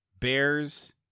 Bears